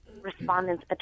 respondents